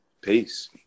Peace